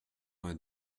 vingt